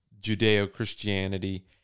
Judeo-Christianity